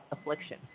affliction